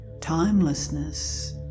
timelessness